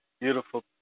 beautiful